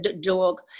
dog